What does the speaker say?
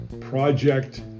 project